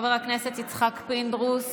חבר הכנסת יצחק פינדרוס,